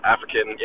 African